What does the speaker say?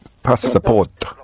Passport